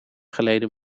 geleden